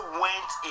went